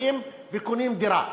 הולכים וקונים דירה.